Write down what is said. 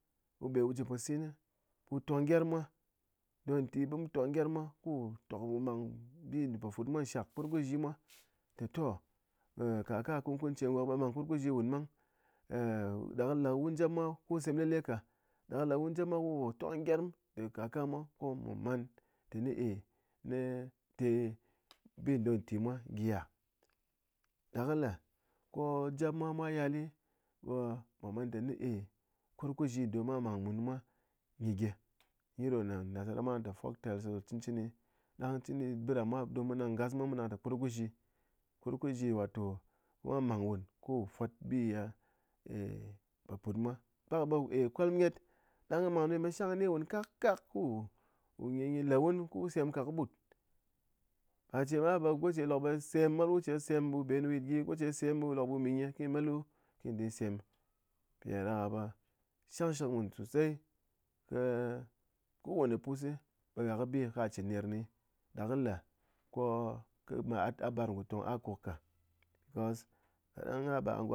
Wu be wuji posin ɓe wu tong gyerm mwa, don nti ɓe mu tong gyerm mwa ko mu tok mu mang ɓi po put mwa shak kurkuzhi mwa té toh, kaka kunkun che ɓe mang kurkuzhi wun ɓang eh ɗa kɨ le wun jep mwa wu sem lele ka ɗa kɨ le wun jep mwa wu tong gyerm de kaka mwa ko mwa man tɨné eh nɨ té bidon nti mwa gyia, da kɨ le ko jep mwa mwa yal ɓe mwa man tɨné ey kurkushi don mwa mang mun mwa nyi gyi, gyi ɗo nasara mwa nang né folk tales ɗo cɨn cɨni ɗang chɨni ɓɨɗa mwa ngas mwa nang té kurkuzhi, kurkuzhi wato mwa mang wun ko wu fot biye, po put mwa pak ɓe ey kwalm nyɨt ɗang mang ɓe shang kɨ nyi wun kakak ku le wun ku sem ka kɨ ɓut, par che ɓe goche lok ɓe sem mol wu che sem ɓu ɓe nyi yit gyi goche sem ɓu mi nyi ko nyi met lu kɨ nyi ɗém sem mpiɗáɗaka ɓe shang shɨk mun sosai kɨ kowane pus ɓe gha kɨ bi ka chɨn ner kɨ ni ɗa kɨ le ko gha ɓar ngo tong akuk ka because kaɗang a ɓar go tonga